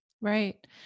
Right